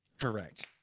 Correct